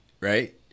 right